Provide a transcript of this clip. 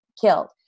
killed